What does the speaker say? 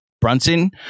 Brunson